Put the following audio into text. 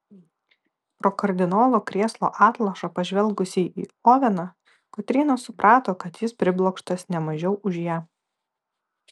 pro kardinolo krėslo atlošą pažvelgusi į oveną kotryna suprato kad jis priblokštas ne mažiau už ją